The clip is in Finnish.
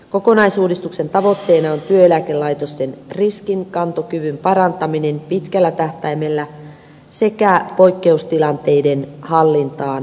kokonaisuudistuksen tavoitteena on työeläkelaitosten riskinkantokyvyn parantaminen pitkällä tähtäimellä sekä poikkeustilanteiden hallintaan varautuminen